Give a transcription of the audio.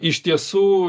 iš tiesų